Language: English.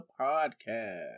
podcast